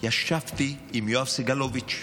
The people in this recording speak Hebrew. ישבתי עם יואב סגלוביץ',